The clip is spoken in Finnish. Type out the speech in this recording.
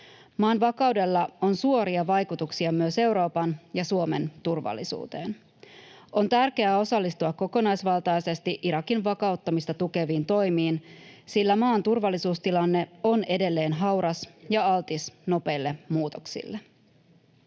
Maan vakaudella on suoria vaikutuksia myös Euroopan ja Suomen turvallisuuteen. On tärkeää osallistua kokonaisvaltaisesti Irakin vakauttamista tukeviin toimiin, sillä maan turvallisuustilanne on edelleen hauras ja altis nopeille muutoksille.